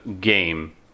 game